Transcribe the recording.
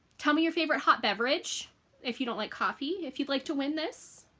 tell me your favorite hot beverage if you don't like coffee if you'd like to win this.